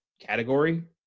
category